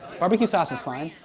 barbecue sauce is fine.